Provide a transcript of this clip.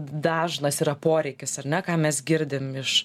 d dažnas yra poreikis ar ne ką mes girdim iš